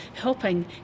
helping